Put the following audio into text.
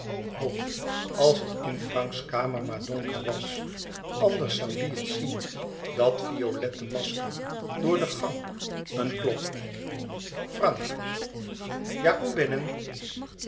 o als het in franks kamer maar donker was anders zoû die het zien dat violette masker door de gang een klop frank ja kom binnen